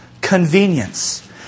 convenience